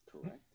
Correct